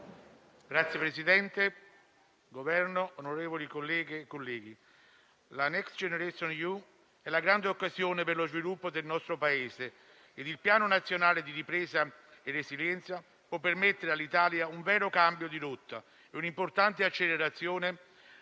signori del Governo, onorevoli colleghe e colleghi, la Next generation EU è la grande occasione per lo sviluppo del nostro Paese. Il Piano nazionale di ripresa e resilienza può permettere all'Italia un vero cambio di rotta e un'importante accelerazione,